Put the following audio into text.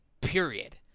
Period